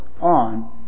on